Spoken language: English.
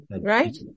right